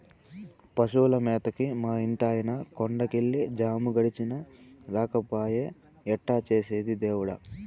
పశువుల మేతకి మా ఇంటాయన కొండ కెళ్ళి జాము గడిచినా రాకపాయె ఎట్టా చేసేది దేవుడా